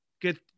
get